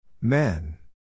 Men